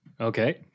Okay